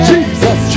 Jesus